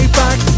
back